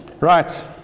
Right